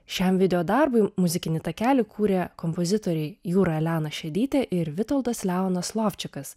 šiam video darbui muzikinį takelį kūrė kompozitoriai jūra elena šedytė ir vitoldas leonas lovčikas